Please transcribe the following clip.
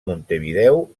montevideo